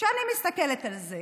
כשאני מסתכלת על זה,